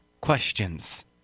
questions